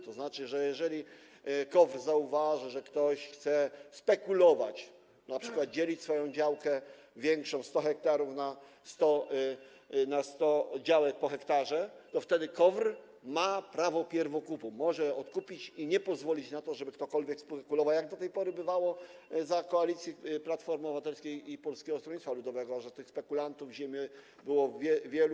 To znaczy, że jeżeli KOWR zauważy, że ktoś chce spekulować, np. dzielić swoją większą działkę liczącą 100 ha na 100 działek po 1 ha, to wtedy KOWR ma prawo pierwokupu, może odkupić i nie pozwolić na to, żeby ktokolwiek spekulował, tak jak do tej pory bywało za koalicji Platformy Obywatelskiej i Polskiego Stronnictwa Ludowego, a że tych spekulantów ziemią było wielu.